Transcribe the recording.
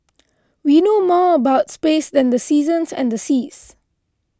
we know more about space than the seasons and the seas